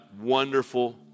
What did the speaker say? wonderful